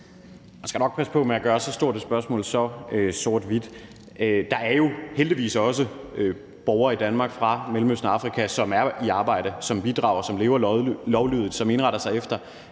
Man skal nok passe på med at gøre så stort et spørgsmål så sort-hvidt. Der er jo heldigvis også borgere i Danmark fra Mellemøsten og Afrika, som er i arbejde, som bidrager, som lever lovlydigt, og som indretter sig efter